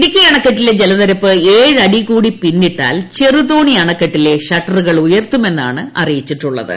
ഇടുക്കി അണക്കെട്ടിലെ ജലനിരപ്പ് ഏഴ് അടി കൂടി പിന്നിട്ടാൽ ചെറുതോണി അണക്കെട്ടിലെ ഷട്ടറുകൾ ഉയർത്തുമെന്നാണ് അറിയിച്ചിട്ടുള്ളത്